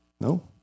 No